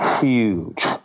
huge